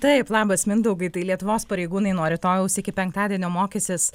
taip labas mindaugai tai lietuvos pareigūnai nuo rytojaus iki penktadienio mokysis